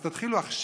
אז תתחילו עכשיו,